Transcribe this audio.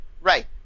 Right